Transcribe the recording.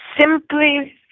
simply